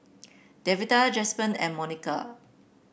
Devante Jasper and Monika